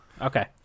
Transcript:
Okay